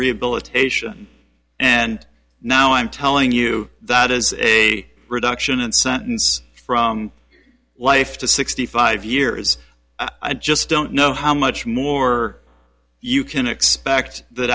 rehabilitation and now i'm telling you that as a reduction in sentence from life to sixty five years i just don't know how much more you can expect that